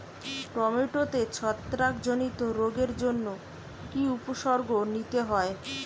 টমেটোতে ছত্রাক জনিত রোগের জন্য কি উপসর্গ নিতে হয়?